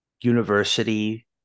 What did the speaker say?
university